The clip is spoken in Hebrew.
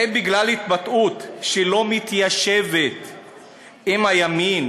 האם בגלל התבטאות שלא מתיישבת עם הימין